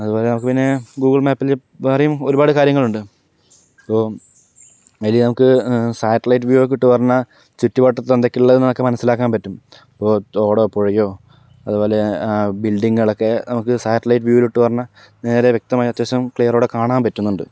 അതുപോലെ നമുക്ക് പിന്നെ ഗൂഗിൾ മാപ്പില് വേറെയും ഒരുപാട് കാര്യങ്ങളുണ്ട് ഇപ്പോൾ അതില് നമുക്ക് സാറ്റലൈറ്റ് വ്യൂ ഒക്കെ കിട്ടും പറഞ്ഞാ ചുറ്റു വട്ടത്ത് എന്തൊക്കെയാ ഉള്ളത് എന്നൊക്കെ മനസ്സിലാക്കാൻ പറ്റും ഇപ്പോ തോടോ പുഴയോ അതുപോലെ ബിൽഡിങ്ങുകൾ ഒക്കെ നമുക്ക് സാറ്റലൈറ്റ് വ്യൂവിലിട്ട് എന്ന് പറഞ്ഞു കഴിഞ്ഞാൽ നേരെ വ്യക്തമായി അത്യാവശ്യം ക്ലിയറോടെ കാണാൻ പറ്റുന്നുണ്ട്